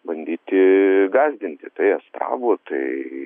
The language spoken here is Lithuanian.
bandyti gąsdinti tai astravu tai